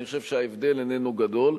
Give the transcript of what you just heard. אני חושב שההבדל איננו גדול.